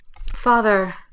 Father